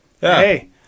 hey